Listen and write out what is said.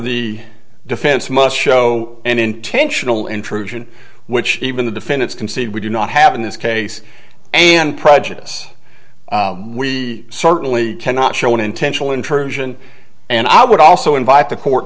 the defense must show an intentional intrusion which even the defendants concede we do not have in this case and prejudice we certainly cannot show an intentional intrusion and i would also invite the court